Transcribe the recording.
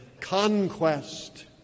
conquest